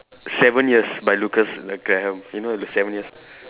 seven years by Lukas Graham you know the seven years